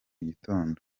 gitondo